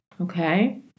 okay